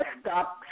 stop